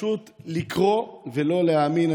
פשוט לקרוא ולא להאמין.